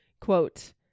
Quote